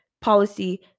policy